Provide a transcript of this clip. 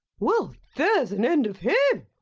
well, there's an end of him